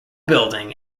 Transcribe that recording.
building